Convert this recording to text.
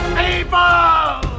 people